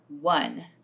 one